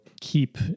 keep